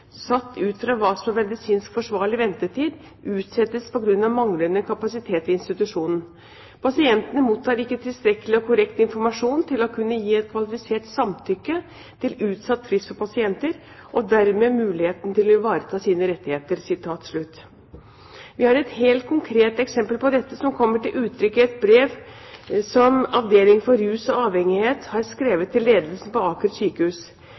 satt ut fra hva som er medisinsk forsvarlig ventetid, utsettes på grunn av manglende kapasitet ved institusjonen. Pasientene mottar ikke tilstrekkelig og korrekt informasjon til å kunne gi et kvalifisert samtykke til utsatt frist for pasienter, og dermed mulighet til å ivareta sine rettigheter.» Vi har et helt konkret eksempel på dette, som kommer til uttrykk i et brev som Avdeling for rus- og avhengighetsbehandling har skrevet til ledelsen på Aker sykehus.